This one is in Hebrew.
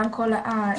גם כל המוקדים,